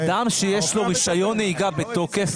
אדם שיש לו רישיון נהיגה בתוקף,